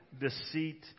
deceit